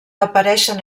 apareixen